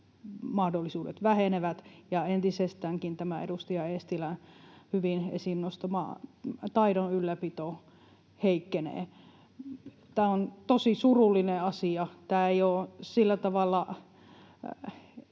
ansaintamahdollisuudet vähenevät, ja entisestäänkin tämä edustaja Eestilän hyvin esiin nostama taidon ylläpito heikkenee. Tämä on tosi surullinen asia. En haluaisi tehdä